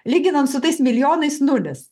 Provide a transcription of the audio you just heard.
lyginant su tais milijonais nulis